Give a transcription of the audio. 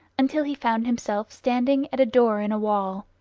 until he found himself standing at a door in a wall,